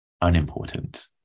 unimportant